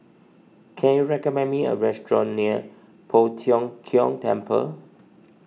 can you recommend me a restaurant near Poh Tiong Kiong Temple